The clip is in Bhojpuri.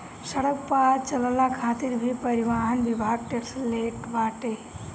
सड़क पअ चलला खातिर भी परिवहन विभाग टेक्स लेट बाटे